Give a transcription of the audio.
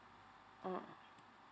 mm